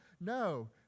No